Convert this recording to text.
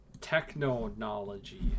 Technology